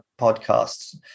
podcasts